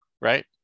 right